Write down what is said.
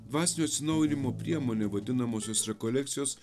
dvasinio atsinaujinimo priemone vadinamosios rekolekcijos